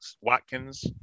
Watkins